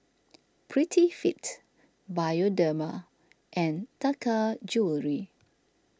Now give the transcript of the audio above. Prettyfit Bioderma and Taka Jewelry